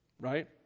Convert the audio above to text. right